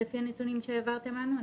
לפי הנתונים שהעברתם לנו.